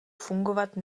fungovat